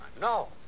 no